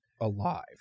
alive